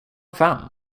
fem